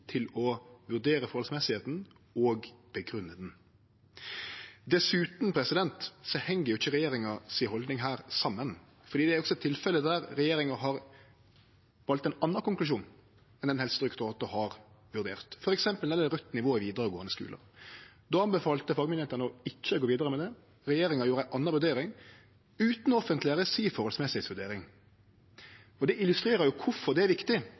plikt å vurdere det forholdsmessige og grunngje det. Dessutan heng ikkje regjeringa si haldning her saman, for det er også tilfelle der regjeringa har valt ein annan konklusjon enn den Helsedirektoratet har trekt. For eksempel er det raudt nivå i vidaregåande skular. Då tilrådde fagmyndigheitene ikkje å gå vidare med det. Regjeringa gjorde ei anna vurdering utan å offentleggjere si vurdering av det forholdsmessige. Det illustrerer kvifor det er viktig